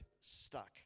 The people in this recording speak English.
stuck